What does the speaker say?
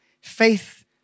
Faith